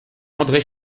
andré